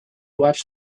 watched